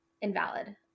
invalid